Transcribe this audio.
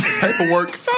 Paperwork